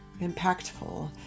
impactful